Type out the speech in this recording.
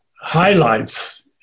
highlights